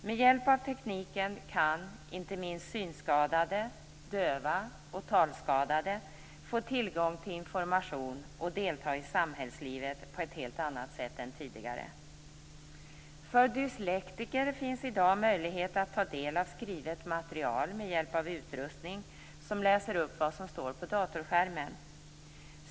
Med hjälp av tekniken kan inte minst synskadade, döva och talskadade få tillgång till information och delta i samhällslivet på ett helt annat sätt än tidigare. För dyslektiker finns i dag möjlighet att ta del av skrivet material med hjälp av utrustning som läser upp vad som står på datorskärmen.